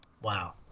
Wow